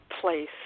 place